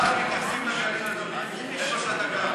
כך מתייחסים לגליל, אדוני, איפה שאתה גר.